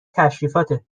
تشریفاتت